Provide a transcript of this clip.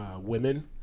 women –